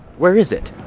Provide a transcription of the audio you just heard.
where is it?